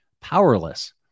powerless